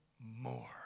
more